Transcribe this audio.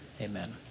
Amen